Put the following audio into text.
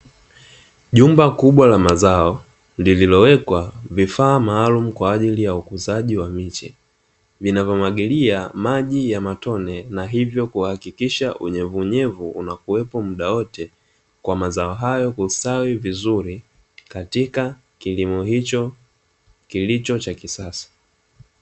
Jumba kubwa la mazao lililowekwa vifaa maalumu kwa ajili ya ukuzaji wa miche vinavyomwagilia maji ya matone, na hivyo kuhakikisha unyevunvyevu unakuwepo muda wote, kwa mazao hayo kustawi vizuri katika kilimo hicho kilicho cha kisasa.